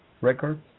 Records